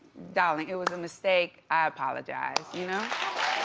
daring. it was a mistake. i apologize you know